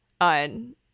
on